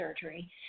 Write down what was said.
surgery